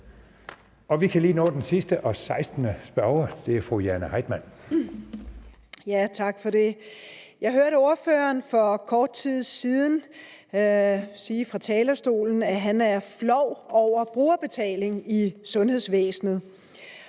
Vi kan lige nå den sidste og 16. spørger, og det er fru Jane Heitmann. Kl. 14:52 Jane Heitmann (V): Tak for det. Jeg hørte ordføreren for kort tid siden fra talerstolen sige, at han er flov over brugerbetaling i sundhedsvæsenet.